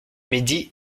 midi